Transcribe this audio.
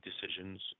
decisions